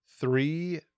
three